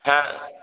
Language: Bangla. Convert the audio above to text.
হ্যাঁ